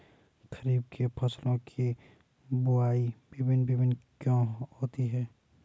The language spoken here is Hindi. खरीफ के फसलों की बुवाई भिन्न भिन्न क्यों होती है?